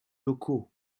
locaux